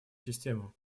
систему